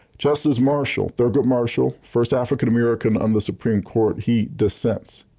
justice marshall, thurgood marshall, first african american on the supreme court, he dissents.